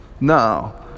now